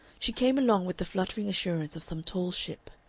she came along with the fluttering assurance of some tall ship.